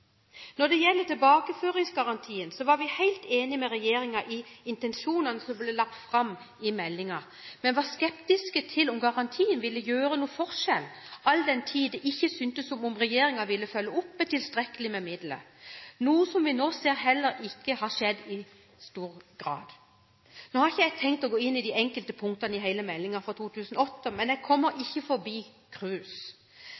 Når det gjelder tilbakeføringsgarantien, var vi helt enig med regjeringen i intensjonene som ble lagt fram i meldingen. Men vi var skeptiske til om garantien ville gjøre noen forskjell, all den tid det ikke syntes som om regjeringen ville følge opp med tilstrekkelig med midler. Det ser vi nå heller ikke har skjedd i stor grad. Nå har jeg ikke tenkt å gå inn på de enkelte punktene i meldingen fra 2008, men jeg kommer